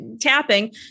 tapping